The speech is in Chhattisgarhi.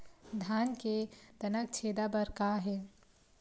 धान के तनक छेदा बर का हे?